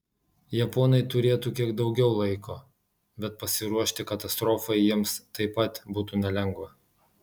japonai turėtų kiek daugiau laiko bet pasiruošti katastrofai jiems taip pat būtų nelengva